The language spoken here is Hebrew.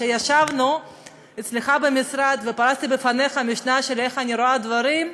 כשישבנו אצלך במשרד ופרסתי לפניך משנה איך אני רואה דברים,